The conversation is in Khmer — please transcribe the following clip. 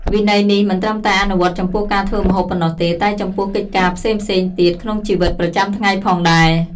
វិន័យនេះមិនត្រឹមតែអនុវត្តចំពោះការធ្វើម្ហូបប៉ុណ្ណោះទេ តែចំពោះកិច្ចការផ្សេងៗទៀតក្នុងជីវិតប្រចាំថ្ងៃផងដែរ។